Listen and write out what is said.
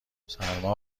سرما